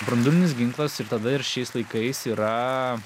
branduolinis ginklas ir tada ir šiais laikais yra